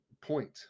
point